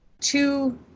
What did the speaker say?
two